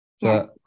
Yes